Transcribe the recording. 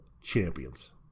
champions